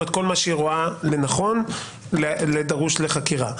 את כל מה שהיא רואה לנכון הדרוש לחקירה.